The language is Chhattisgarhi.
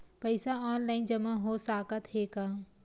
पईसा ऑनलाइन जमा हो साकत हे का?